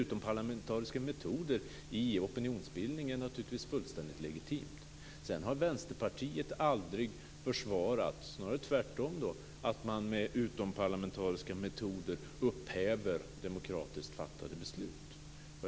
Utomparlamentariska metoder är naturligtvis fullständigt legitima i opinionsbildningen. Vänsterpartiet har aldrig försvarat att man med utomparlamentariska metoder upphäver demokratiskt fattade beslut, snarare tvärtom.